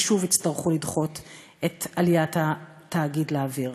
ושוב יצטרכו לדחות את עליית התאגיד לאוויר.